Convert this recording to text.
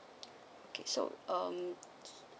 okay so um